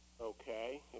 Okay